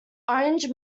orange